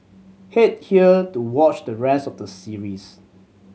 head here to watch the rest of the series